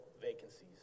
vacancies